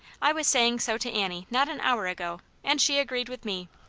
i was saying so to annie not an hour ago, and she agreed with me.